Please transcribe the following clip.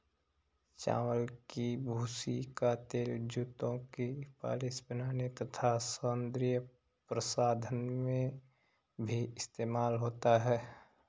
चावल की भूसी का तेल जूतों की पॉलिश बनाने तथा सौंदर्य प्रसाधन में भी इस्तेमाल होता है